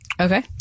Okay